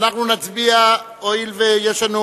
ואנחנו נצביע, הואיל ויש לנו